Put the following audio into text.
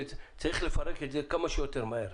את זה צרך לפזר כמה שיותר מהר,